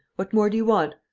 what more do you want?